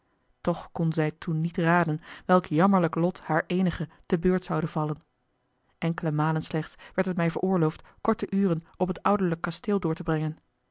toch kon zij toen niet raden welk jammerlijk lot haar eenige te beurt zoude vallen enkele malen slechts werd het mij veroorloofd korte uren op het ouderlijke kasteel door te brengen